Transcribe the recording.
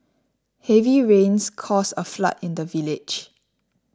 heavy rains caused a flood in the village